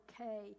okay